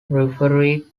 referee